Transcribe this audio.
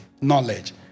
Knowledge